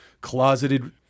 closeted